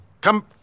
Come